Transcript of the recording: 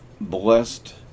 blessed